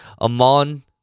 Amon